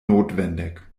notwendig